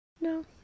No